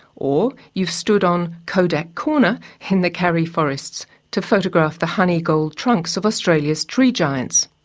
or you've stood on kodak corner in the karri forests to photograph the honey-gold trunks of australia's tree giants.